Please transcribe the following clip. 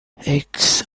eggs